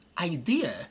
idea